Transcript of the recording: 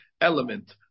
element